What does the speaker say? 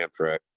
Amtrak